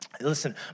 Listen